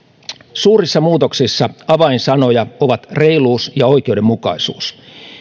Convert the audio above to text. suurissa muutoksissa avainsanoja ovat reiluus ja oikeudenmukaisuus